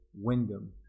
Wyndham